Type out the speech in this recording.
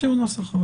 תציעו נוסח,